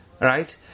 Right